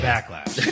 Backlash